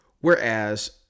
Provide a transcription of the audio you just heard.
whereas